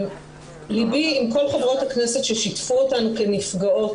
לבי עם כל חברות הכנסת ששיתפו אותנו כנפגעות.